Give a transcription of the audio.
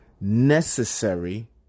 necessary